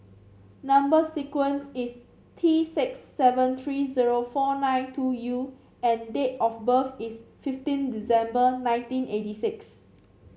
number sequence is T six seven three zero four nine two U and date of birth is fifteen December nineteen eighty six